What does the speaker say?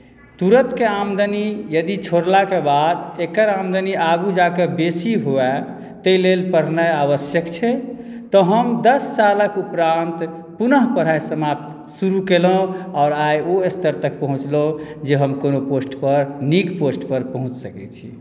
तुरतके आमदनी यदि छोड़लाके बाद एकर आमदनी आगू जाके बेसी हुए ताहि लेल पढ़नाई आवश्यक छै तऽ हम दस सालक उपरान्त पुनः पढ़ाई समाप्त शुरु केलहुँ आओर आइ ओहि स्तर पर तक पहुँचलहुँ जे हम कोनो पोस्ट पर नीक पोस्ट पर पहुँच सकै छी